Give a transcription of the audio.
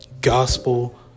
gospel